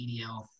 EDL